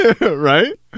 Right